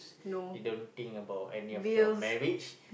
you don't think about any of your marriage